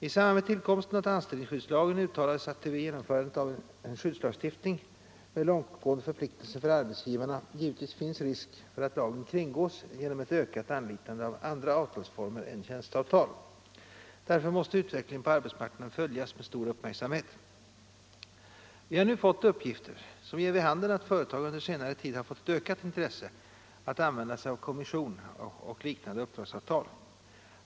I samband med tillkomsten av anställningsskyddslagen uttalades att det vid genomförandet av en skyddslagstiftning med långtgående förpliktelser för arbetsgivarna givetvis finns risk för att lagen kringgås genom ett ökat anlitande av andra avtalsformer än tjänsteavtal. Därför måste utvecklingen på arbetsmarknaden följas med stor uppmärksamhet. Vi har nu fått uppgifter som ger vid handen att företag under senare tid har fått ett ökat intresse att använda sig av kommission och liknande uppdragsavtal.